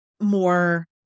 more